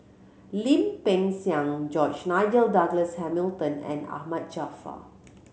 Lim Peng Siang George Nigel Douglas Hamilton and Ahmad Jaafar